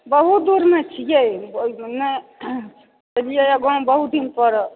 बहुत दूरमे छियै नहि एलियै यऽ गाँव बहुत दिन पर